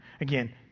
Again